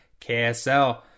KSL